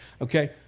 Okay